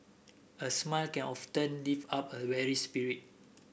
a smile can often lift up a weary spirit